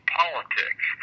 politics